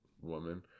woman